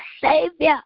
Savior